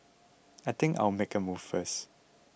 I think I'll make a move first